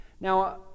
Now